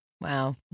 Wow